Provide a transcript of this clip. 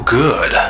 good